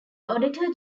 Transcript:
auditor